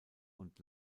und